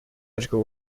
logical